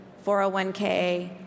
401k